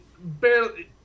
barely